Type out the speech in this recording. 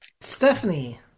Stephanie